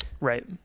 Right